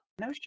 no